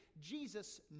Jesus